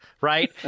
Right